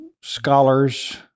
scholars